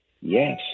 Yes